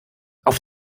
auf